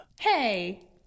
Hey